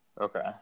Okay